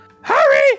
hurry